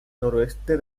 noroeste